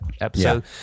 episode